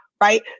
right